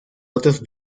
otros